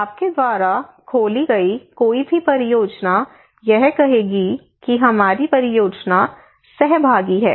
आपके द्वारा खोली गई कोई भी परियोजना यह कहेगी कि हमारी परियोजना सहभागी है